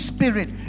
Spirit